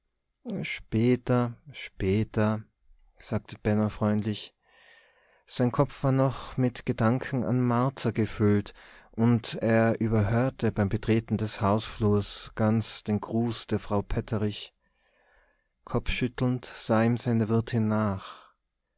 später später sagte benno freundlich sein kopf war noch mit gedanken an martha gefüllt und er überhörte beim betreten des hausflurs ganz den gruß der frau petterich kopfschüttelnd sah ihm seine wirtin nach